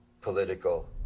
political